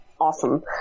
awesome